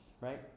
right